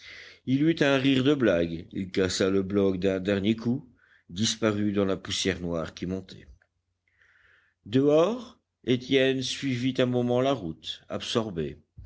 il eut un rire de blague il cassa le bloc d'un dernier coup disparut dans la poussière noire qui montait dehors étienne suivit un moment la route absorbé